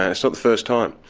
ah so the first time.